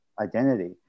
identity